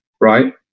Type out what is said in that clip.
right